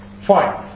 Fine